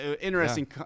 interesting